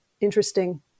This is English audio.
interesting